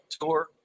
tour